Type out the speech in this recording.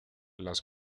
las